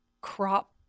crop